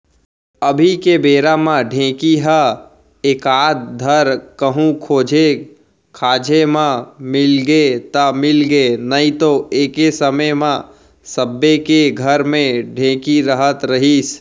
अभी के बेरा म ढेंकी हर एकाध धर कहूँ खोजे खाजे म मिलगे त मिलगे नइतो एक समे म सबे के घर म ढेंकी रहत रहिस